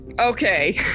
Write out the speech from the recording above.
Okay